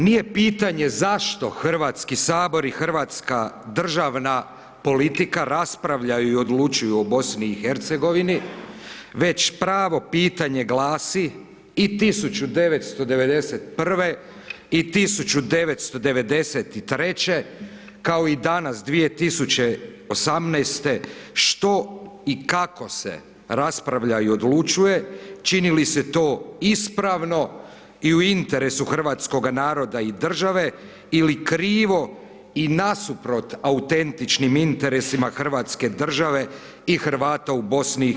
Nije pitanje zašto Hrvatski sabor i hrvatska državna politika raspravljaju i odlučuju o BiH već pravo pitanje glasi i 1991. i 1993. kao i danas 2018. što i kako se raspravlja i odlučuje, čini li se to ispravno i u interesu hrvatskoga naroda i države ili krivo i nasuprot autentičnim interesima Hrvatske države i Hrvata u BiH.